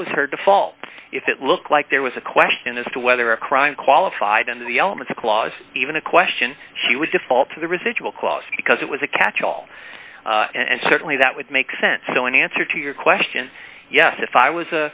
that was her default if it looked like there was a question as to whether a crime qualified and the elements clause even a question she would default to the residual clause because it was a catch all and certainly that would make sense so in answer to your question yes if i was